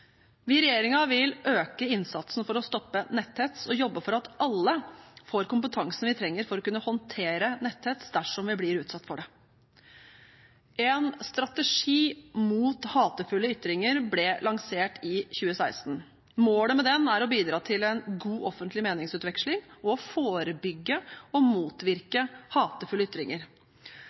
Vi i regjeringen vil øke innsatsen for å stoppe netthets og jobbe for at alle får kompetansen vi trenger for å kunne håndtere netthets dersom vi blir utsatt for det. En strategi mot hatefulle ytringer ble lansert i 2016. Målet med den er å bidra til en god offentlig meningsutveksling, og å forebygge og motvirke hatefulle ytringer.